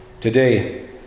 today